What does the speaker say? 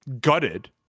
gutted